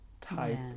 type